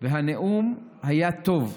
ושהנאום היה טוב.